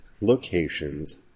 locations